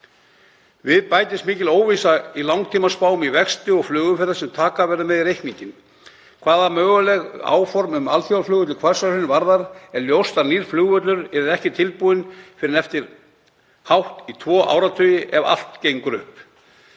Við bætist mikil óvissa í langtímaspám í vexti á flugumferð sem taka verður með í reikninginn. Hvað möguleg áform um alþjóðaflugvöll í Hvassahrauni varðar er ljóst að nýr flugvöllur yrði ekki tilbúinn fyrr en eftir hátt í tvo áratugi ef allt gengi upp.